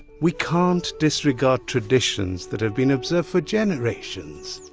we can't disregard traditions that have been observed for generations.